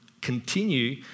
continue